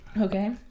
Okay